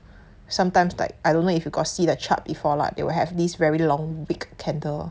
sometimes like I don't know if you got see the chart before but they will have this very long big candle